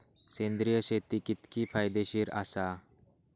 सेंद्रिय शेती कितकी फायदेशीर आसा?